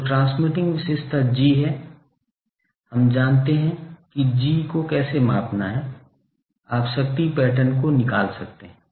तो ट्रांसमिटिंग विशेषता G है हम जानते हैं कि G को कैसे मापना है आप शक्ति पैटर्न को निकाल सकते हैं